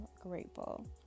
grateful